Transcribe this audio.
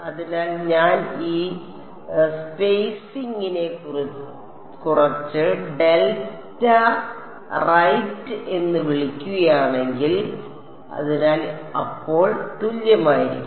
അതിനാൽ ഞാൻ ഈ സ്പെയ്സിംഗിനെ കുറച്ച് ഡെൽറ്റ റൈറ്റ് എന്ന് വിളിക്കുകയാണെങ്കിൽ അതിനാൽ അപ്പോൾ തുല്യമായിരിക്കും